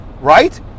right